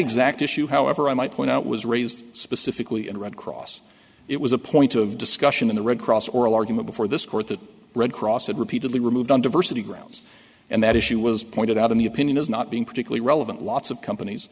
exact issue however i might point out was raised specifically in red cross it was a point of discussion in the red cross oral argument before this court that red cross had repeatedly removed on diversity grounds and that issue was pointed out in the opinion as not being particularly relevant lots of companies